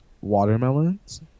Watermelons